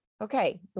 okay